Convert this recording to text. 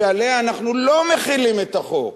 שעליה אנחנו לא מחילים את החוק.